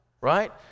right